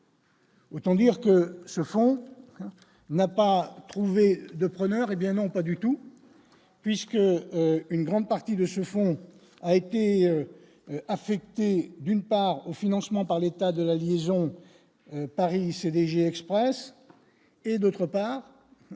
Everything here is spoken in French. Autant dire que ce fonds n'a pas trouvé de preneur, hé bien non, pas du tout puisque une grande partie de ce fonds a été affecté d'une part au financement par l'état de la liaison Paris-CDG Express et d'autre part,